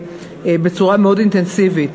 בצורה מאוד אינטנסיבית.